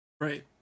right